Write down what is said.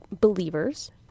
believers